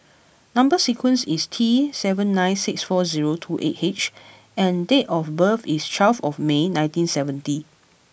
number sequence is T seven nine six four zero two eight H and date of birth is twelve of May nineteen seventy